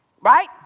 Right